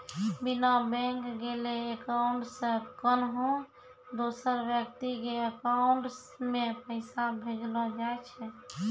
बिना बैंक गेलैं अकाउंट से कोन्हो दोसर व्यक्ति के अकाउंट मे पैसा भेजलो जाय छै